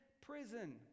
prison